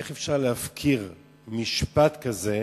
איך אפשר להפקיר משפט כזה